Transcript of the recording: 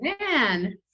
man